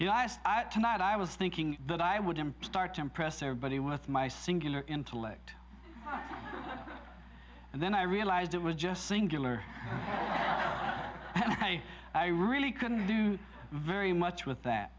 last night i was thinking that i would start to impress everybody with my singular intellect and then i realized it was just singular i really couldn't do very much with that